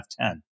f10